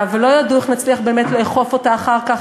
ולא ידעו איך נצליח לאכוף אותה אחר כך,